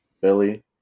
Billy